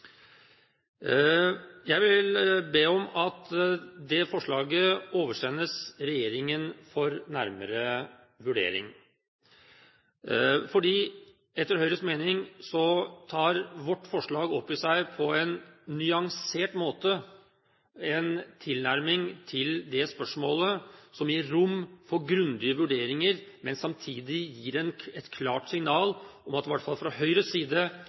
forslaget oversendes regjeringen for nærmere vurdering. For etter Høyres mening tar vårt forslag opp i seg – på en nyansert måte – en tilnærming til det spørsmålet som gir rom for grundige vurderinger, men gir samtidig et klart signal om at i hvert fall fra Høyres side